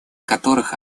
которых